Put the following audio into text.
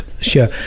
Sure